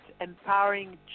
empowering